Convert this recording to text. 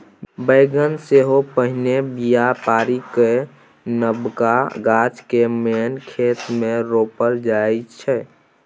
बेगन सेहो पहिने बीया पारि कए नबका गाछ केँ मेन खेत मे रोपल जाइ छै